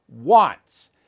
wants